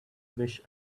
wish